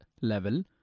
level